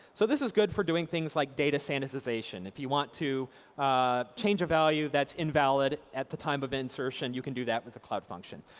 so this is good for doing things like data sanitization. if you want to change a value that's invalid at the time of insertion, you can do that with a cloud function.